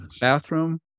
bathroom